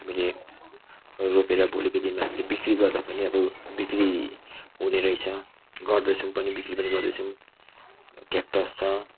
हामीले रोपेर भोलिको दिनमा हामीले बिक्री गर्दा पनि अब बिक्री हुने रहेछ गर्दैछौँ पनि बिक्री पनि गर्दैछौँ क्याकटस् छ